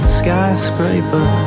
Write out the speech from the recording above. skyscraper